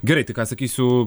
gerai tai ką sakysiu